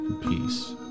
peace